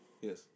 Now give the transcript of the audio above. Yes